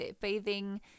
bathing